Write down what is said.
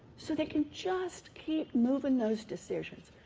so they can just keep moving those decisions.